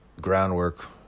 groundwork